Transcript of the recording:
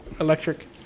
electric